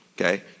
okay